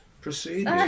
proceed